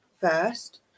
first